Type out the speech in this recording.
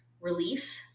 relief